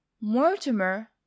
mortimer